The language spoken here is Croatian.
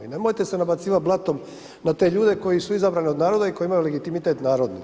Nemojte se nabacivati blatom na te ljude, koji su izabrani od naroda i koji imaju legitimitet narodu.